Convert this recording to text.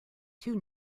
two